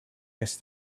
guess